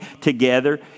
together